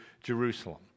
Jerusalem